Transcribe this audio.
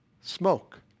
smoke